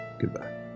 Goodbye